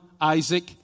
Isaac